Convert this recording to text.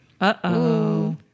Uh-oh